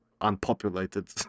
unpopulated